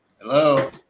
Hello